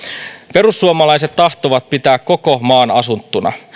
perussuomalaiset tahtovat pitää koko maan asuttuna